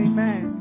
Amen